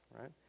right